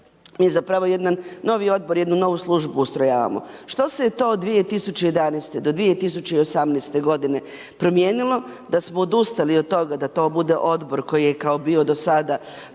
mi zapravo jedan novi Odbor, jednu novu službu ustrojavamo. Što se je to od 2011. do 2018. godine promijenilo da smo odustali od toga da to bude Odbor koji je kao bio do sada,